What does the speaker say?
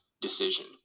decision